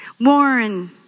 Warren